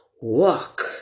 walk